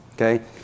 Okay